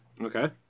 Okay